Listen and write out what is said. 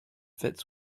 fits